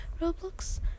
Roblox